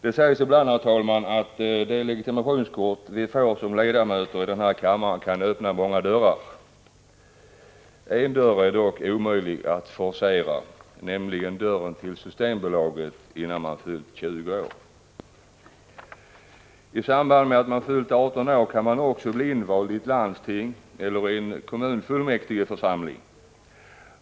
Det sägs ibland att det legitimationskort vi får som ledamöter i denna kammare kan öppna många dörrar. En dörr är dock omöjlig att forcera, nämligen dörren till Systembolaget, innan man fyllt 20 år. När man fyllt 18 år kan man också bli invald i en landstingseller kommunfullmäktigeförsamling.